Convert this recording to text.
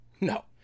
No